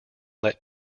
let